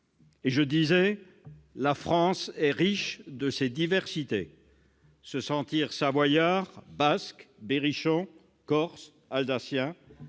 aussi que la France est riche de ses diversités : se sentir Savoyard, Basque, Berrichon, Corse, Alsacien